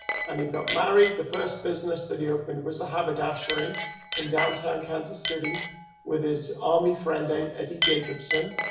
and he got married. the first business that he opened was a haberdashery in downtown kansas city with his army friend date eddie jacobson,